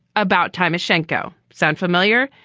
about time is genco. sound familiar?